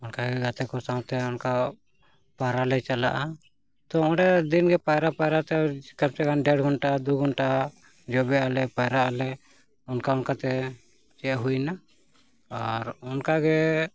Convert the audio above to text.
ᱚᱱᱠᱟ ᱜᱮ ᱜᱟᱛᱮᱠᱚ ᱥᱟᱶᱛᱮ ᱚᱱᱠᱟ ᱯᱟᱭᱨᱟᱜ ᱞᱮ ᱪᱟᱞᱟᱜᱼᱟ ᱛᱳ ᱚᱸᱰᱮ ᱫᱤᱱᱜᱮ ᱯᱟᱭᱨᱟ ᱯᱟᱭᱨᱟᱛᱮ ᱠᱷᱟᱱ ᱪᱮᱠᱟᱛᱮ ᱰᱮᱲ ᱜᱷᱚᱱᱴᱟ ᱫᱩ ᱜᱷᱚᱱᱴᱟ ᱡᱚᱵᱮ ᱟᱞᱮ ᱯᱟᱭᱨᱟᱜ ᱟᱞᱮ ᱚᱱᱠᱟ ᱚᱱᱠᱟᱛᱮ ᱪᱮᱫ ᱦᱩᱭᱮᱱᱟ ᱟᱨ ᱚᱱᱠᱟ ᱜᱮ